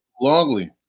Longley